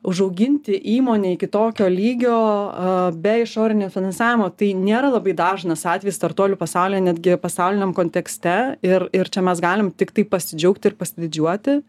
užauginti įmonę iki tokio lygio be išorinio finansavimo tai nėra labai dažnas atvejis startuolių pasaulyje netgi pasauliniam kontekste ir ir čia mes galim tiktai pasidžiaugti ir pasididžiuoti